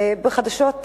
חדשות ארציות,